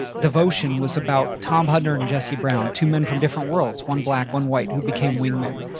devotion was about tom hudner and jesse brown, two men from different worlds. one black, one white, who became wing men.